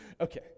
Okay